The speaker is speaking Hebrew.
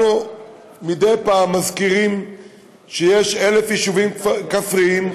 מדי פעם אנחנו מזכירים שיש 1,000 יישובים כפריים,